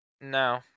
No